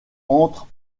entre